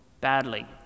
badly